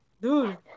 Dude